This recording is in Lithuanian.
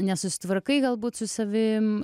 nesusitvarkai galbūt su savim